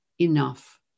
enough